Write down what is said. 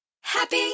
happy